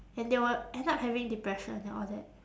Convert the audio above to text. and they will end up having depression and all that